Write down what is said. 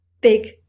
big